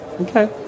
Okay